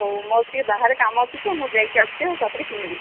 ହଉ ମୋର ଟିକିଏ ବାହାରେ କାମ ଅଛି ତ ମୁଁ ଯାଇକି ଆସୁଛି ଆଉ ତାପରେ କିଣିବି